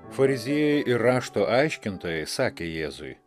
fariziejai ir rašto aiškintojai sakė jėzui